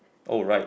alright